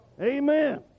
Amen